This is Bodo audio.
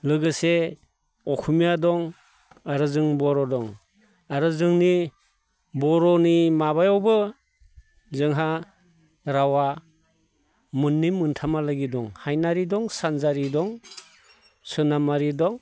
लोगोसे असमिया दं आरो जों बर' दं आरो जोंनि बर'नि माबायावबो जोंहा रावआ मोननै मोनथामहालागै दं हायनारि दं सानजारि दं सोनाबारि दं